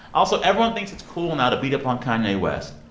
also, everyone thinks it's cool now to beat up on kanye west.